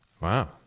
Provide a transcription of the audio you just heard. Wow